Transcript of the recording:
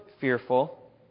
fearful